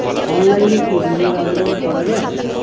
অনলাইনে কি ঋণের আবেদন করা যায়?